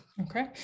Okay